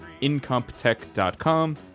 incomptech.com